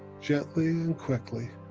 gently and quickly,